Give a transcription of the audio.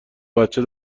بچه